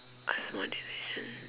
a small decision